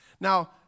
Now